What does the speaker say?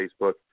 Facebook